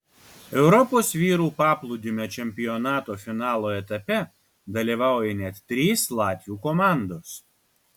europos vyrų paplūdimio čempionato finalo etape dalyvauja net trys latvių komandos